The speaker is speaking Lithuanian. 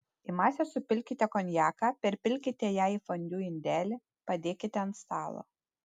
į masę supilkite konjaką perpilkite ją į fondiu indelį padėkite ant stalo